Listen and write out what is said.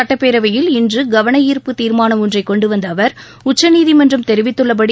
சட்டப்பேரவையில் இன்று கவனார்ப்பு தீர்மானம் ஒன்றை கொண்டு வந்த அவர் உச்சநீதிமன்றம் தெரிவித்துள்ளபடி